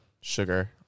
Sugar